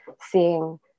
seeing